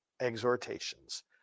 exhortations